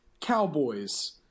Cowboys